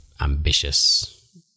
ambitious